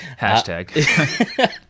Hashtag